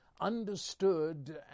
Understood